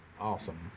awesome